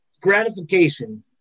gratification